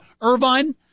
Irvine